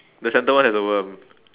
the centre one has a worm